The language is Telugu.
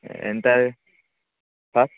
ఎంత అది సార్